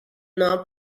not